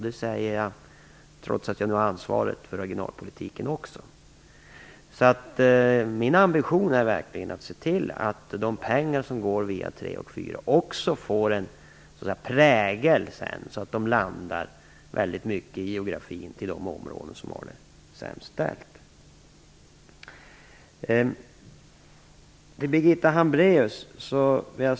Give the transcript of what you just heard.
Det säger jag trots att jag nu har ansvaret för regionalpolitiken också. Min ambition är verkligen att se till att de pengar som går via mål 3 och 4 också kommer till de geografiska områden som har det sämst ställt.